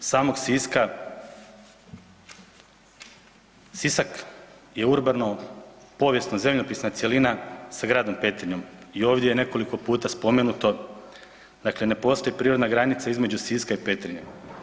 Što se tiče samog Siska, Sisak je urbano povijesno-zemljopisna cjelina sa gradom Petrinjom i ovdje je nekoliko puta spomenuto, dakle ne postoji prirodna granica između Siska i Petrinje.